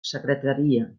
secretaria